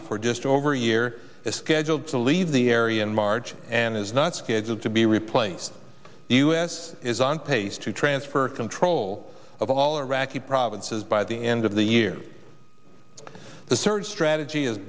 for just over a year is scheduled to leave the area in march and is not scheduled to be replaced the u s is on pace to transfer control of all iraqi provinces by the end of the year the surge strategy is